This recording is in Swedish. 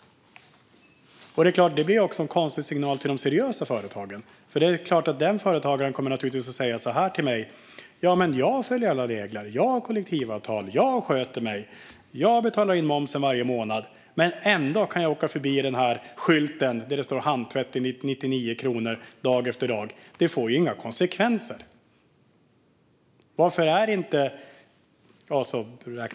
Det blir också en konstig signal till den seriösa företagaren, för det är klart att den företagaren naturligtvis kommer att säga så här till mig: Men jag följer alla regler, jag har kollektivavtal, jag sköter mig och betalar in momsen varje månad. Ändå kan jag dag efter dag åka förbi skylten där det står handtvätt 99 kronor, för det får ju inga konsekvenser.